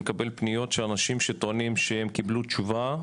אני מקבל פניות של אנשים שטוענים שהם קיבלו תשובה,